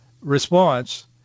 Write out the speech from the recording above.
response